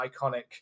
iconic